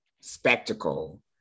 spectacle